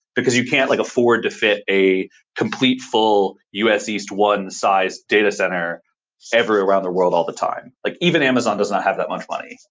because you can't like afford to fit a complete full u s. east one size data center around the world all the time. like even amazon doesn't have that much money.